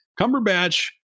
Cumberbatch